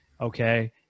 okay